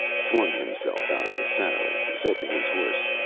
flung himself out of the saddle, said to his horse,